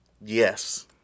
Yes